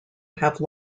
have